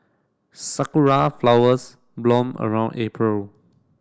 sakura flowers bloom around April